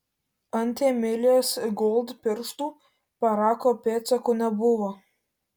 ant emilės gold pirštų parako pėdsakų nebuvo